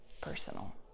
personal